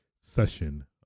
session